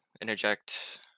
interject